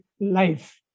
life